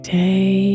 day